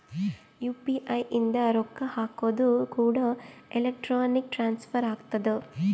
UPI ಇಂದ ರೊಕ್ಕ ಹಕೋದು ಕೂಡ ಎಲೆಕ್ಟ್ರಾನಿಕ್ ಟ್ರಾನ್ಸ್ಫರ್ ಆಗ್ತದ